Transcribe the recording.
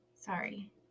Sorry